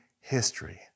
history